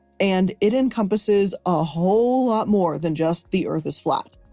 and it encompasses a whole lot more than just the earth is flat.